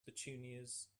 petunias